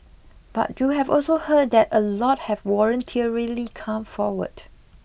but you've also heard that a lot of have voluntarily come forward